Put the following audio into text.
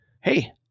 hey